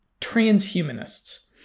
transhumanists